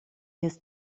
his